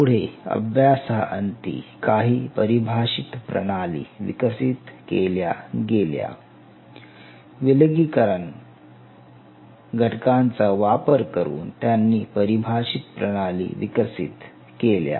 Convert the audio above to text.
पुढे अभ्यासांती काही परिभाषित प्रणाली विकसित केल्या गेल्या विलगीकर घटकांचा वापर करून त्यांनी परिभाषित प्रणाली विकसित केल्या